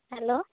hello